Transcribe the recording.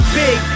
big